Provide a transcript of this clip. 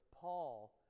Paul